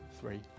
three